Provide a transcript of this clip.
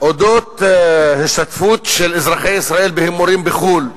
על השתתפות של אזרחי ישראל בהימורים בחו"ל.